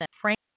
Frank